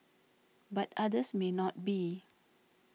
but others may not be